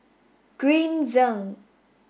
Green Zeng